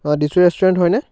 অঁ দিশু ৰেষ্টুৰেণ্ট হয়নে